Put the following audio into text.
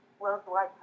worldwide